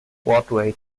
broadway